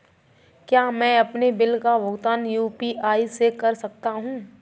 क्या मैं अपने बिल का भुगतान यू.पी.आई से कर सकता हूँ?